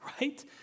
Right